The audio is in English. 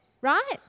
right